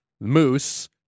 moose